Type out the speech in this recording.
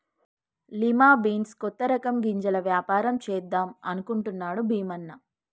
lima beans కొత్త రకం గింజల వ్యాపారం చేద్దాం అనుకుంటున్నాడు భీమన్న